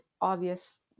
obvious